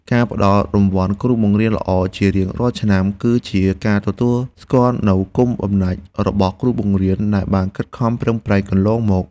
ការផ្តល់រង្វាន់គ្រូបង្រៀនល្អជារៀងរាល់ឆ្នាំគឺជាការទទួលស្គាល់នូវគុណបំណាច់របស់គ្រូបង្រៀនដែលបានខិតខំប្រឹងប្រែងកន្លងមក។